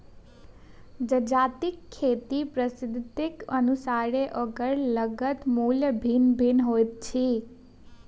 जजातिक खेती पद्धतिक अनुसारेँ ओकर लागत मूल्य भिन्न भिन्न होइत छै